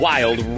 Wild